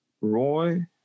Roy